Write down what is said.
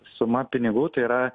suma pinigų tai yra